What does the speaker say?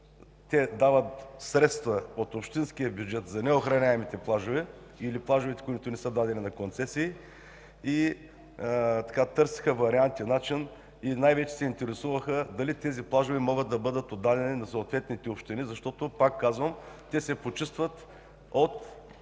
Те дават средства от общинския бюджет за неохраняемите плажове и плажовете, които не са дадени на концесия. Търсеха вариант и начин и най-вече се интересуваха дали и тези плажове могат да бъдат отдадени на концесия на съответните общини, защото, пак казвам, те се почистват от